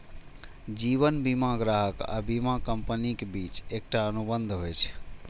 जीवन बीमा ग्राहक आ बीमा कंपनीक बीच एकटा अनुबंध होइ छै